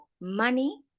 money